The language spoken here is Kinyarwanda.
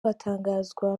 batangazwa